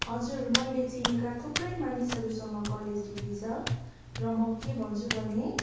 हजुर मैले चिनेका थुप्रै मानिसहरूसँग कलेज डिग्री छ र म के भन्छु भने